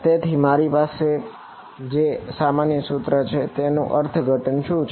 તેથી મારી પાસે જે આ સામાન્ય સૂત્ર છે તેનું અર્થઘટન શું છે